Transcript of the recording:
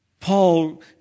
Paul